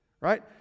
Right